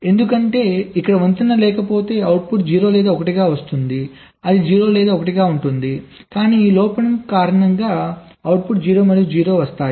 ఎందుకంటే ఇక్కడ వంతెన లేకపోతే అవుట్పుట్ 0 లేదా 1 గా వస్తుంది అది 0 లేదా 1 గా ఉంటుంది కానీ ఈ లోపం కారణంగా అవుట్పుట్ 0 మరియు 0 వస్తాయి